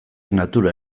natura